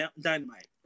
Dynamite